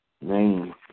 name